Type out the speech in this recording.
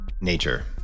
nature